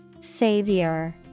Savior